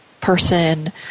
person